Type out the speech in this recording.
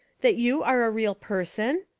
that you are a real person?